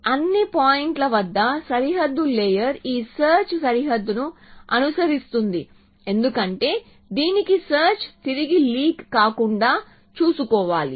అన్ని పాయింట్ల వద్ద సరిహద్దు లేయర్ ఈ సెర్చ్ సరిహద్దును అనుసరిస్తుంది ఎందుకంటే దీనికి సెర్చ్ తిరిగి లీక్ కాకుండా చూసుకోవాలి